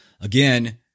Again